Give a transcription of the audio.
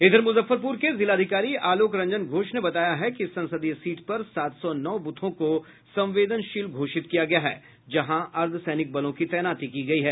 इधर मुजफ्फरपुर के जिलाधिकारी आलोक रंजन घोष ने बताया है कि इस संसदीय सीट पर सात सौ नौ बूथों को संवेदनशील घोषित किया गया है जहां अर्धसैनिक बलों की तैनाती की गयी है